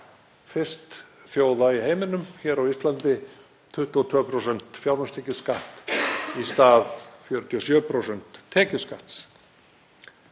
fyrst þjóða í heiminum hér á Íslandi, 22% fjármagnstekjuskatt í stað 47% tekjuskatts.